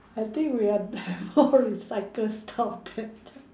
I think we have more recycle stuff